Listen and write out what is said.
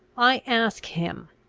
i ask him